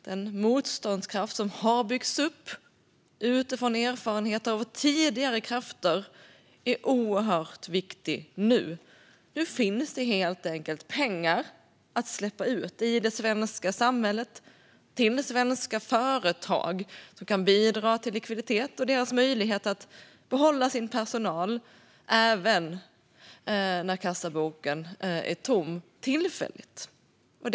Den motståndskraft som har byggts upp utifrån erfarenhet från tidigare kriser är oerhört viktig nu. Det finns nu pengar att släppa ut i det svenska samhället till svenska företag. Det kan bidra till deras likviditet och ge dem möjlighet att behålla sin personal även när kassaboken tillfälligt är tom.